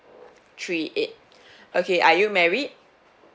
three eight okay are you married